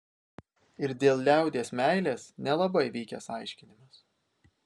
ir dėl liaudies meilės nelabai vykęs aiškinimas